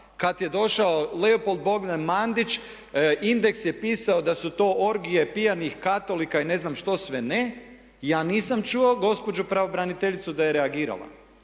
Kad je došao Leopold Bogdan Mandić Index.hr je pisao da su to orgije pijanih katolika i ne znam što sve ne. Ja nisam čuo gospođu pravobraniteljicu da je reagirala.